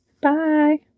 Bye